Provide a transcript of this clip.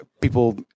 people